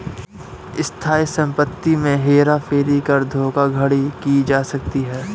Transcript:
स्थायी संपत्ति में हेर फेर कर धोखाधड़ी की जा सकती है